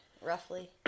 roughly